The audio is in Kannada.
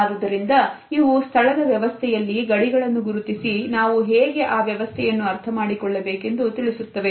ಆದುದರಿಂದ ಇವು ಸ್ಥಳದ ವ್ಯವಸ್ಥೆಯಲ್ಲಿ ಗಡಿಗಳನ್ನು ಗುರುತಿಸಿ ನಾವು ಹೇಗೆ ಆ ವ್ಯವಸ್ಥೆಯನ್ನು ಅರ್ಥಮಾಡಿಕೊಳ್ಳಬೇಕೆಂದು ತಿಳಿಸುತ್ತದೆ